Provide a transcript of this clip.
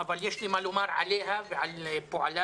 אבל יש לי מה לומר עליה ועל פועלה.